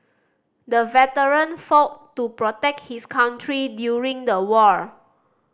the veteran fought to protect his country during the war